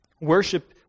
Worship